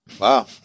Wow